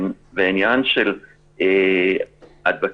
אם להיות פרקטי,